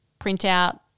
printout